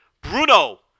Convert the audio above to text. Bruno